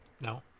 No